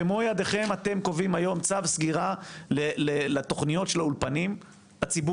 במו ידיכם אתם קובעים היום צו סגירה לתוכניות של האולפנים הציבוריים.